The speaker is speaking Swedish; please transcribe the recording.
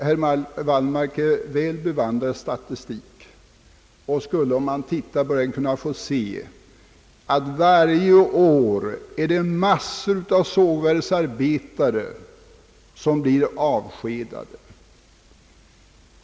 Herr Wallmark är väl bevandrad i statistik och skulle av den kunna se, att varje år massor av exempelvis sågverksarbetare blir avskedade.